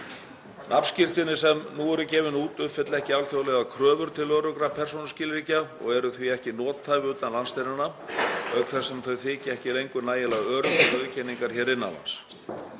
Nafnskírteini sem nú eru gefin út uppfylla ekki alþjóðlegar kröfur til öruggra persónuskilríkja og eru því ekki nothæf utan landsteinanna auk þess sem þau þykja ekki lengur nægilega örugg til auðkenningar hér innan lands.